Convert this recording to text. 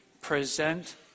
present